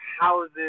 houses